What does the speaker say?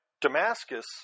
Damascus